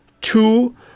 Two